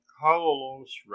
Carlos